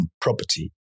property